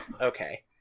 Okay